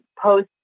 post